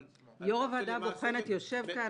על --- יו"ר הוועדה הבוחנת יושב כאן,